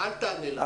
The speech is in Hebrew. אל תענה לה.